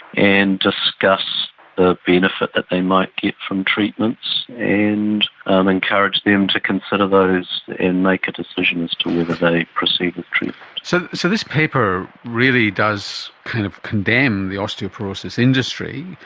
and discuss the benefit that they might get from treatments and um encourage them to consider those and make a decision as to whether they proceed with treatment. so so this paper really does kind of condemn the osteoporosis industry,